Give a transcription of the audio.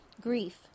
grief